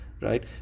right